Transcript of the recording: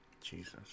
Jesus